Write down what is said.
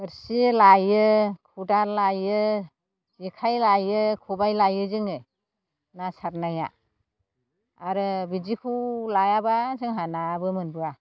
थोरसि लायो खदाल लायो जेखाइ लायो खबाइ लायो जोङो ना सारनाया आरो बिदिखौ लायाबा जोंहा नायाबो मोनबोया